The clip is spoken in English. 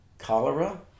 Cholera